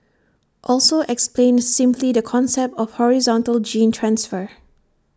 also explained simply the concept of horizontal gene transfer